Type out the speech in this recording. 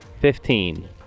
Fifteen